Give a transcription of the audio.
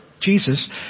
Jesus